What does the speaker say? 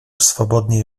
swobodnie